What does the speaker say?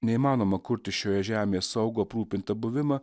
neįmanoma kurti šioje žemėje saugu aprūpinta buvimą